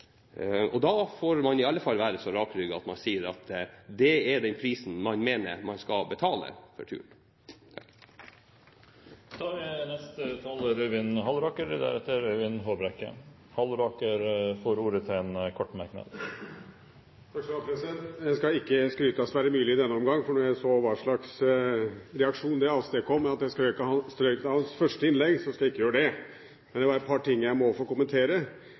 Da får man i alle fall være så rakrygget at man sier at det er den prisen man mener man skal betale for turen. Representanten Øyvind Halleraker har hatt ordet to ganger og får ordet til en kort merknad, begrenset til 1 minutt. Jeg skal ikke skryte av Sverre Myrli i denne omgang, for da jeg så hva slags reaksjon det avstedkom da jeg skrøt av hans første innlegg, skal jeg ikke gjøre det! Men det er et par ting jeg må få kommentere.